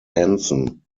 hanson